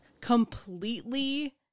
completely